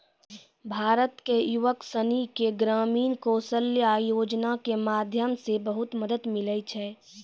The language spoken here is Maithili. भारत के युवक सनी के ग्रामीण कौशल्या योजना के माध्यम से बहुत मदद मिलै छै